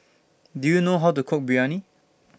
Do YOU know How to Cook Biryani